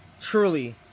truly